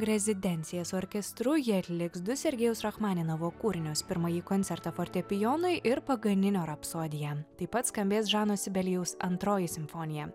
rezidenciją su orkestru ji atliks du sergejaus rachmaninovo kūrinius pirmąjį koncertą fortepijonui ir paganinio rapsodiją taip pat skambės žano sibelijaus antroji simfonija